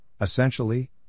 essentially